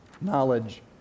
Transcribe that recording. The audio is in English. Knowledge